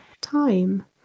time